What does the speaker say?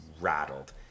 rattled